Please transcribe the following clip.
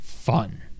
fun